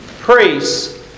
Priests